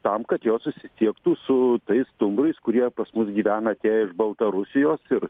tam kad jos susisiektų su tais stumbrais kurie pas mus gyvena atėję iš baltarusijos ir